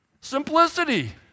Simplicity